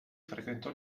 frequentò